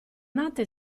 nate